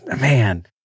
Man